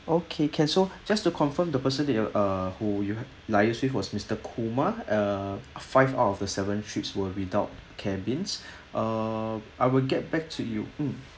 okay can so just to confirm the person that you ah who you have liaise with was mister Kumar uh five out of the seven trips were without cabins uh I will get back to you